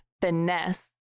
finesse